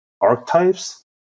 archetypes